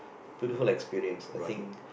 through the whole experience I think